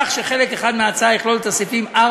כך שחלק אחד מההצעה יכלול את הסעיפים 4,